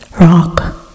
Rock